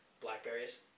Blackberries